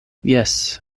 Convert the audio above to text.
jes